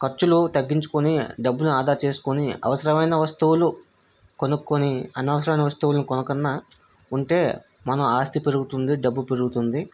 ఖర్చులు తగ్గించుకొని డబ్బులు ఆదా చేసుకొని అవసరమైన వస్తువులు కొనుక్కొని అనవసరం వస్తువులను కొనకుండా ఉంటే మన ఆస్తి పెరుగుతుంది డబ్బు పెరుగుతుంది